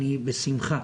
אני בשמחה